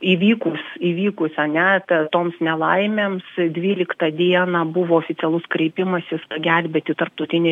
įvykus įvykus ane toms nelaimėms dvyliktą dieną buvo oficialus kreipimasis pagelbėti tarptautinei